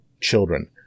children